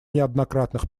неоднократных